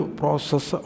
process